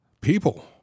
people